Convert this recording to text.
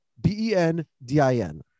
B-E-N-D-I-N